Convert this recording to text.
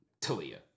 Talia